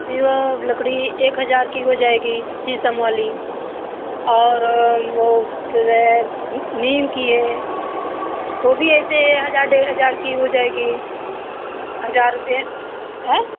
ये लकड़ी एक हजार की हो जाएगी शीशम वाली और वो जो है नीम की है वो भी ऐसे हजार डेढ़ हजार की हो जाएगी हजार रुपये आयँ